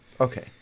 okay